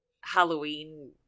Halloween